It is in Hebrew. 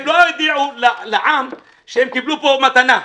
הם לא הודיעו לעם שהם קיבלו פה מתנה.